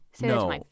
No